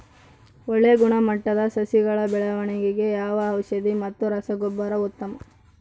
ಒಳ್ಳೆ ಗುಣಮಟ್ಟದ ಸಸಿಗಳ ಬೆಳವಣೆಗೆಗೆ ಯಾವ ಔಷಧಿ ಮತ್ತು ರಸಗೊಬ್ಬರ ಉತ್ತಮ?